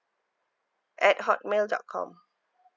at Hotmail dot com